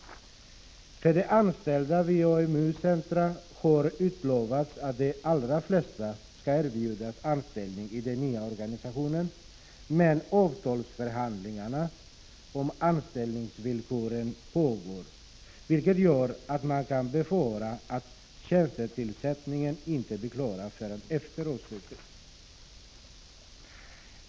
För de anställda vid AMU-centra har utlovats att de allra flesta skall erbjudas anställning i den nya organisationen, men avtalsförhandlingarna om anställningsvillkoren pågår, vilket gör att man kan befara att tjänstetillsättningarna inte blir klara förrän efter årsskiftet.